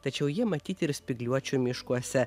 tačiau jie matyti ir spygliuočių miškuose